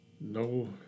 no